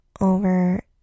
over